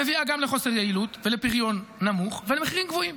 מביאה גם לחוסר יעילות ולפריון נמוך ולמחירים גבוהים.